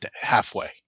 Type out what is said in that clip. halfway